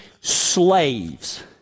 slaves